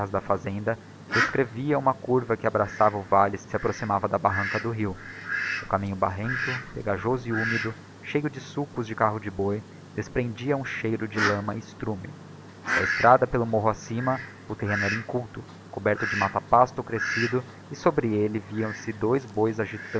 da fazenda descrevia uma curva que abraçava o valle e se approximava da barranca do rio o caminho barrento pegajoso e húmido cheio de sulcos de carro de boi desprendia um cheiro de lama e estrume da estrada pelo morro acima o terreno era inculto coberto de matapasto crescido e sobre elle viam-se bois